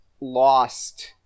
lost